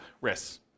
risks